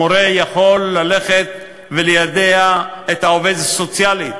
המורה יכול ללכת וליידע את העובד הסוציאלי,